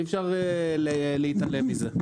אי אפשר להתעלם מזה.